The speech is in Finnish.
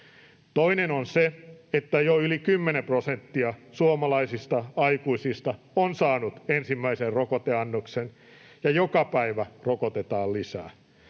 Toinen on se, että jo yli 10 prosenttia suomalaisista aikuisista on saanut ensimmäisen rokoteannoksen ja joka päivä rokotetaan lisää.